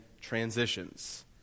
transitions